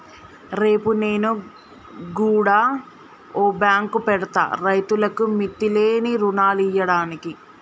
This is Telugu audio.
రేపు నేను గుడ ఓ బాంకు పెడ్తా, రైతులకు మిత్తిలేని రుణాలియ్యడానికి